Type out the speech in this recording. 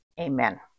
Amen